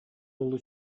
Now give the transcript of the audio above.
уолу